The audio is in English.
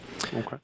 Okay